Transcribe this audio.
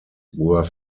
were